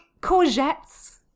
courgettes